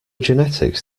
genetics